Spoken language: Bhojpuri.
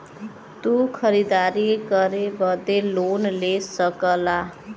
तू खरीदारी करे बदे लोन ले सकला